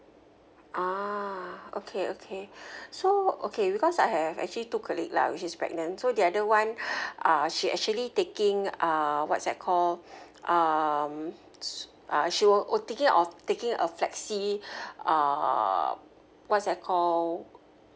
ah okay okay so okay because I have actually two colleague lah which is pregnant so the other one uh she actually taking uh what's that call um uh she was thinking of taking a flexi uh what's that call